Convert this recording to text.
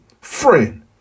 friend